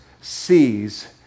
sees